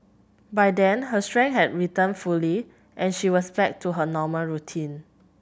by then her strength had returned fully and she was back to her normal routine